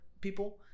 people